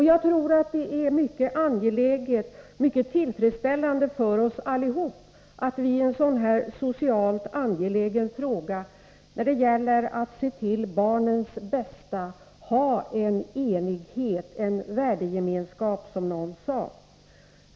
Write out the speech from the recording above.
Jag tror att det är mycket tillfredsställande för oss alla att vi i en sådan här socialt angelägen fråga, när det gäller att se till barnens bästa, är eniga och har en värdegemenskap, som någon sade.